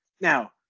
now